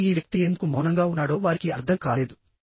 మరియు ఈ వ్యక్తి ఎందుకు మౌనంగా ఉన్నాడో వారికి అర్థం కాలేదు